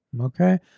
okay